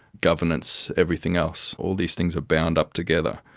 governance, everything else, all these things are bound up together.